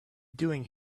doing